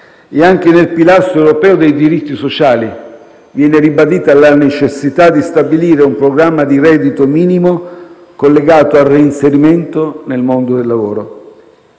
e anche nel pilastro europeo dei diritti sociali viene ribadita la necessità di stabilire un programma di reddito minimo collegato al reinserimento nel mondo del lavoro.